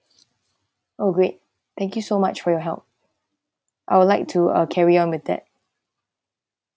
oh great thank you so much for your help I would like to uh carry on with that